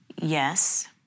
Yes